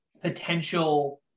potential –